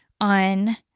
on